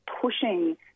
pushing